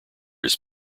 his